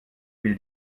will